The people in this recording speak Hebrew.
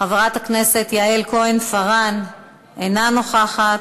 חברת הכנסת יעל כהן-פארן, אינה נוכחת.